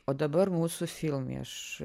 o dabar mūsų filmai aš